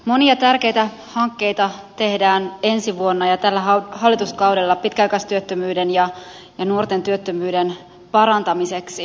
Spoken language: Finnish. monia tärkeitä hankkeita tehdään ensi vuonna ja tällä hallituskaudella pitkäaikaistyöttömyyden ja nuorten työttömyyden parantamiseksi